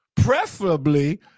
Preferably